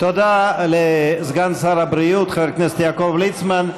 תודה לסגן שר הבריאות חבר הכנסת יעקב ליצמן.